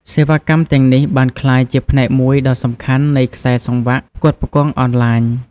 សេវាកម្មទាំងនេះបានក្លាយជាផ្នែកមួយដ៏សំខាន់នៃខ្សែសង្វាក់ផ្គត់ផ្គង់អនឡាញ។